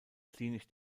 klinisch